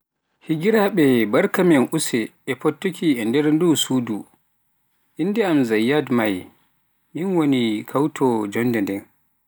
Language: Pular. Higiraabe barka men use e fottuki e nder sudu ndu innde am Zayyad Mai min woni kawtowo jonde nden.